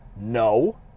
No